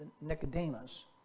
Nicodemus